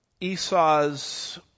Esau's